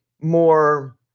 more